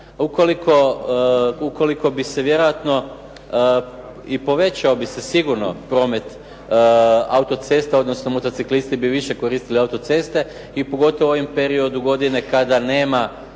Ukoliko bi se vjerojatno i poveo bi se sigurno promet autocesta odnosno motociklisti bi više koristili autoceste i pogotovo u ovom periodu godine kada nema